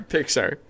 Pixar